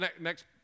next